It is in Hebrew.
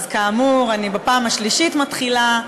אני, כאמור, אני בפעם השלישית מתחילה,